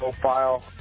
profile